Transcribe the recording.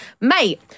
Mate